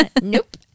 Nope